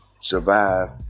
survive